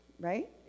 right